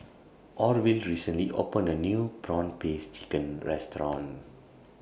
Orville recently opened A New Prawn Paste Chicken Restaurant